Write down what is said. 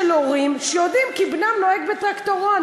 הורים שיודעים כי בנם נוהג בטרקטורון.